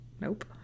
Nope